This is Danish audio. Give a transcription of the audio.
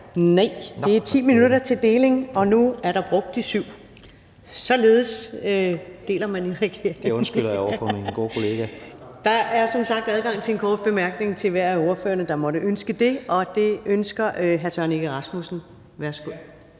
i regeringen. (Klima-, energi- og forsyningsministeren (Dan Jørgensen): Det undskylder jeg over for min gode kollega). Der er som sagt adgang til en kort bemærkning til hver af ordførerne, der måtte ønske det, og det ønsker hr. Søren Egge Rasmussen. Værsgo.